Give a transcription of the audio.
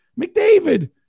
McDavid